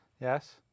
Yes